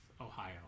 Ohio